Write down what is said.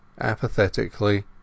apathetically